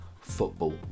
football